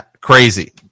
crazy